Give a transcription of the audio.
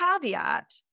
caveat